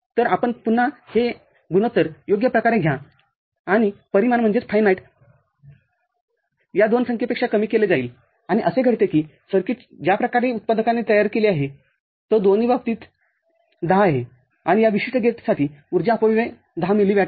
तर आपण पुन्हा हे गुणोत्तर योग्य प्रकारे घ्या आणि परिमाण या दोन संख्येपेक्षा कमी केले जाईल आणि असे घडले की सर्किट ज्या प्रकारे उत्पादकाने तयार केले आहे तो दोन्ही बाबतीत १० आहे आणि या विशिष्ट गेटसाठी ऊर्जा अपव्यय १० मिली वॅटआहे